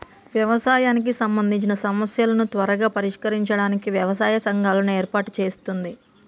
వ్యవసాయానికి సంబందిచిన సమస్యలను త్వరగా పరిష్కరించడానికి వ్యవసాయ సంఘాలను ఏర్పాటు చేస్తుంది